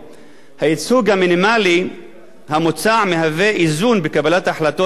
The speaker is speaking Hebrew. הייצוג המינימלי המוצע מהווה איזון בקבלת החלטות והמלצות